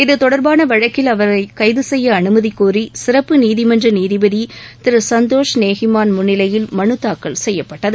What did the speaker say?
இதுதொடர்பான வழக்கில் அவரை கைது செய்ய அனுமதி கோரி சிறப்பு நீதிமன்ற நீதிபதி திரு சந்தோஷ் நேஹிமான் முன்னிலையில் மனு தாக்கல் செய்யப்பட்டது